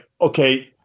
okay